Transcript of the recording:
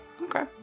Okay